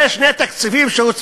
ותקציב 2016 יידון